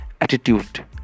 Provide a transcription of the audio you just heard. attitude